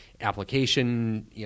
application